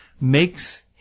makes